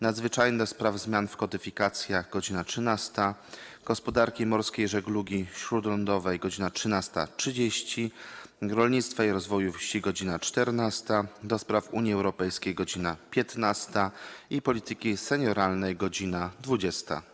Nadzwyczajnej do spraw zmian w kodyfikacjach - godz. 13, - Gospodarki Morskiej i Żeglugi Śródlądowej - godz. 13.30, - Rolnictwa i Rozwoju Wsi - godz. 14, - do Spraw Unii Europejskiej - godz. 15, - Polityki Senioralnej - godz. 20.